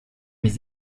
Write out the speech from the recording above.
mis